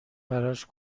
براش